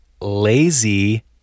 Lazy